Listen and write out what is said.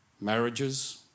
marriages